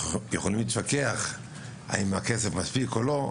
אנחנו יכולים להתווכח האם הכסף מספיק או לא,